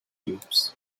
cubes